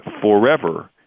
forever